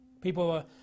People